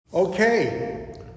Okay